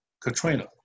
Katrina